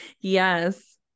Yes